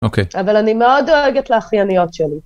אבל אני מאוד דואגת לאחייניות שלי.